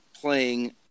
playing